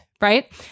Right